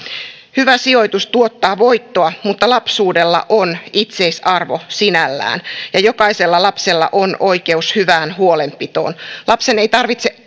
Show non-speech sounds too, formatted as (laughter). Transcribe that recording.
hyvä sijoitus tuottaa voittoa mutta lapsuudella on itseisarvo sinällään ja jokaisella lapsella on oikeus hyvään huolenpitoon lapsen ei tarvitse (unintelligible)